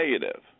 negative